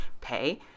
pay